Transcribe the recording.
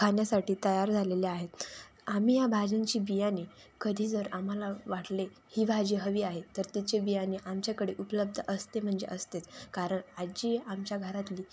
खाण्यासाठी तयार झालेल्या आहेत आम्ही या भाज्यांची बियाणे कधी जर आम्हाला वाटले ही भाजी हवी आहे तर तिचे बियाणे आमच्याकडे उपलब्ध असते म्हणजे असतेच कारण आजी आमच्या घरातली